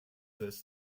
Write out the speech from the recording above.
this